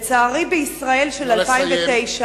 לצערי, בישראל של 2009, נא לסיים.